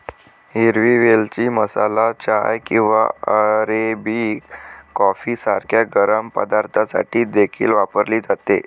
हिरवी वेलची मसाला चाय किंवा अरेबिक कॉफी सारख्या गरम पदार्थांसाठी देखील वापरली जाते